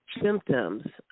Symptoms